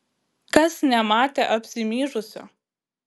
kas nematė apsimyžusio